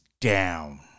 down